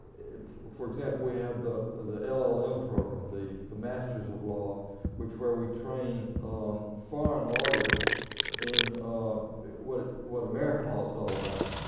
for example we have the the lom program, the the masters of law which where we train foreign lawyers in what what american law is all about.